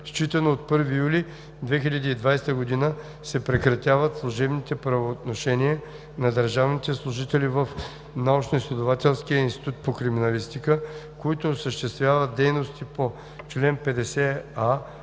Считано от 1 юли 2020 г. се прекратяват служебните правоотношения на държавните служители в Научноизследователския институт по криминалистика, които осъществяват дейности по чл. 50а,